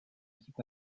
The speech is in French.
équipe